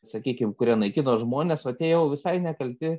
sakykim kurie naikino žmones o tie jau visai nekalti